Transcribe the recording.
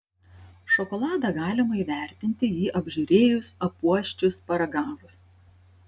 šokoladą galima įvertinti jį apžiūrėjus apuosčius paragavus